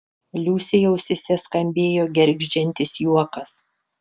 liusei ausyse skambėjo gergždžiantis juokas